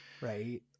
right